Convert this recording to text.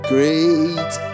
Great